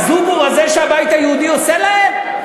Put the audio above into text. ה"זובור" הזה שהבית היהודי עושה להם,